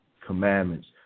commandments